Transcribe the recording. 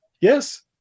Yes